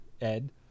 Ed